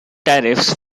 tariffs